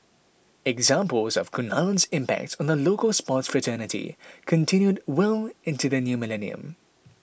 examples of Kunalan's impact on the local sports fraternity continued well into the new millennium